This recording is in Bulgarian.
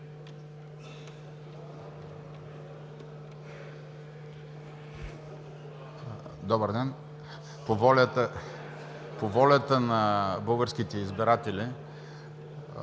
Добър ден! По волята на българските избиратели